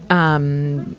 um,